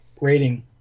rating